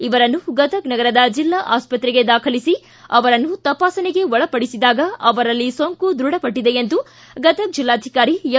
ಇವರನ್ನು ಗದಗ್ ನಗರದ ಜಿಲ್ಲಾ ಆಸ್ಪತ್ರೆಗೆ ದಾಖಲಿಸಿ ಅವರನ್ನು ತಪಾಸಣೆಗೆ ಒಳಪಡಿಸಿದಾಗ ಅವರಲ್ಲಿ ಸೋಂಕು ದೃಢ ಪಟ್ಟದೆ ಎಂದು ಗದಗ್ ಜೆಲ್ಲಾಧಿಕಾರಿ ಎಂ